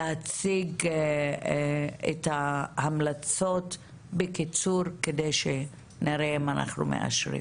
להציג את ההמלצות בקיצור כדי שנראה אם אנחנו מאשרים.